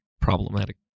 problematic